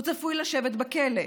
הוא צפוי לשבת בכלא,